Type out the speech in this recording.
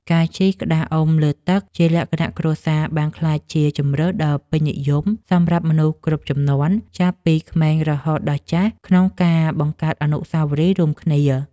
ការជិះក្តារអុំលើទឹកជាលក្ខណៈគ្រួសារ បានក្លាយជាជម្រើសដ៏ពេញនិយមសម្រាប់មនុស្សគ្រប់ជំនាន់ ចាប់ពីក្មេងរហូតដល់ចាស់ ក្នុងការបង្កើតអនុស្សាវរីយ៍រួមគ្នា។